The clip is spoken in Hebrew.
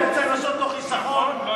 אתה רוצה לעשות לו חיסכון, נכון.